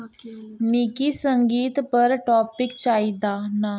मिगी संगीत पर टापिक चाहिदा न